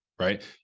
right